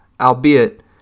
albeit